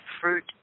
fruit